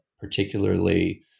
particularly